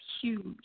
huge